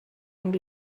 amb